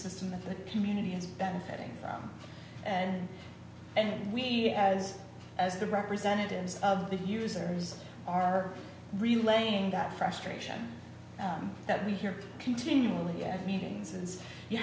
system that the community is benefiting from and and we as as the representatives of the users are relaying that frustration that we hear continually at meetings and so you